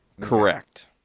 Correct